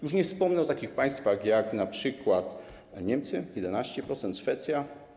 Już nie wspomnę o takich państwach jak np. Niemcy - 11%, Szwecja.